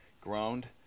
groaned